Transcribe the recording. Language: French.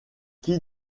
qui